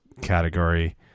category